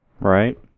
Right